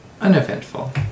uneventful